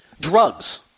Drugs